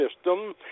system